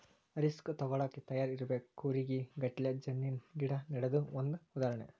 risk ತುಗೋಳಾಕ ತಯಾರ ಇರಬೇಕ, ಕೂರಿಗೆ ಗಟ್ಲೆ ಜಣ್ಣಿನ ಗಿಡಾ ನೆಡುದು ಒಂದ ಉದಾಹರಣೆ